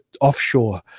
offshore